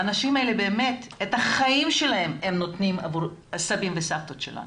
האנשים האלה באמת נותנים את החיים שלהם עבור הסבים והסבתות שלנו.